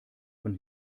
von